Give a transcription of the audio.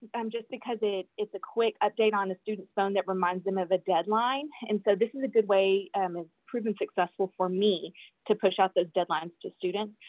um just because it's a quick update on the students phone that reminds them of a deadline. and so, this is a good way um it's proven successful for me to push out those deadlines to students.